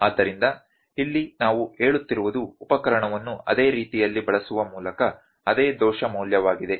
ಆದ್ದರಿಂದ ಇಲ್ಲಿ ನಾವು ಹೇಳುತ್ತಿರುವುದು ಉಪಕರಣವನ್ನು ಅದೇ ರೀತಿಯಲ್ಲಿ ಬಳಸುವ ಮೂಲಕ ಅದೇ ದೋಷ ಮೌಲ್ಯವಾಗಿದೆ